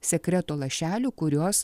sekreto lašelių kuriuos